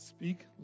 Speak